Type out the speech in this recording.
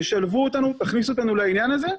תשלבו אותנו, תכניסו אותנו לעניין הזה.